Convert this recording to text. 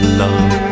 love